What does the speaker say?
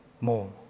more